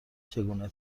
چگونه